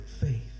faith